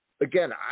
again